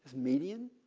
median.